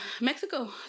Mexico